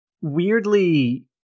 weirdly